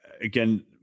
again